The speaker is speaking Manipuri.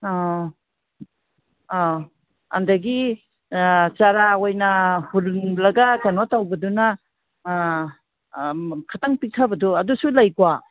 ꯑꯥ ꯑꯥ ꯑꯗꯒꯤ ꯆꯥꯔ ꯑꯣꯏꯅ ꯍꯨꯜꯂꯒ ꯀꯩꯅꯣ ꯇꯧꯕꯗꯨꯅ ꯈꯤꯇꯪ ꯄꯤꯛꯊꯕꯗꯣ ꯑꯗꯨꯁꯨ ꯂꯩꯀꯣ